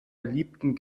beliebten